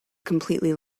completely